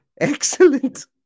Excellent